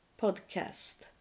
podcast